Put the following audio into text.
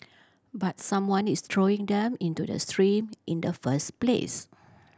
but someone is throwing them into the stream in the first place